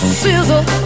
sizzle